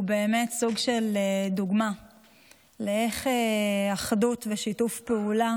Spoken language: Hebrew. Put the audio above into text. הוא באמת סוג של דוגמה לאיך אחדות ושיתוף פעולה